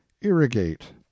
Irrigate